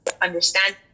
understand